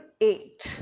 eight